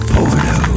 Porno